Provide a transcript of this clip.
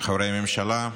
חברי ממשלה,